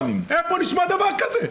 איפה נשמע דבר כזה?